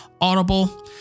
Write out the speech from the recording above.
Audible